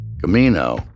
Camino